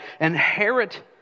inherit